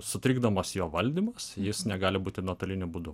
sutrikdomas jo valdymas jis negali būti nuotoliniu būdu